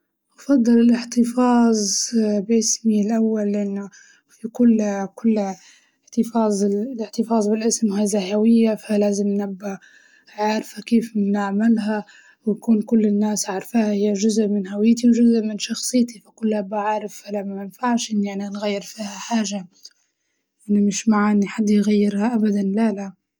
أفضل الاحتفاظ باسمي الأول لأنه في كل كل احتفاظ ال- الاحتفاظ بالاسم هزا هوية، فلازم نبى عارفة كيف نعملها ونكون كل الناس عارفاها هي جزء من هويتي وجزء من شخصيتي فالكل أبى عارف فلما منفعش أغير فيها حاجة، أنا مش مع إن حد يغيرها أبداً لا لا.